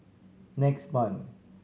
next month